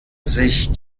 sich